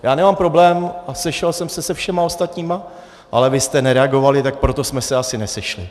Já nemám problém, sešel jsem se se všemi ostatními, ale vy jste nereagovali, tak proto jsme se asi nesešli.